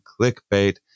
clickbait